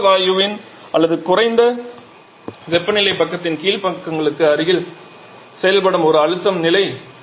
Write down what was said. வெளியேற்ற வாயுவின் அல்லது குறைந்த வெப்பநிலை பக்கத்தின் கீழ் பக்கங்களுக்கு அருகில் செயல்படும் ஒரு அழுத்தம் நிலை